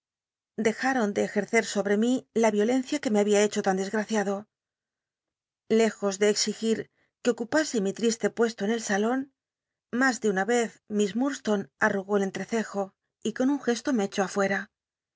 dejaron de ejct'cer sobt e mí la violencia que ma había hecho tan desgraciado lcjo de exigir qua ocupase mi tri lc pues lo en el salon mas de una y cz miss mmdslonc surugó el cn treccjo y con un gesto me echó afuem